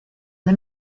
let